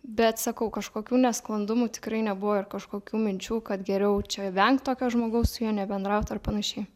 bet sakau kažkokių nesklandumų tikrai nebuvo ir kažkokių minčių kad geriau čia venkt tokio žmogaus su juo nebendraut ar panašiai